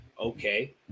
Okay